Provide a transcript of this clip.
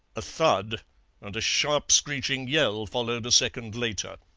a thud and a sharp screeching yell followed a second later.